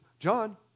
John